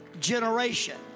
generation